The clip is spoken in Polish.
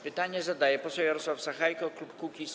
Pytanie zadaje poseł Jarosław Sachajko, klub Kukiz’15.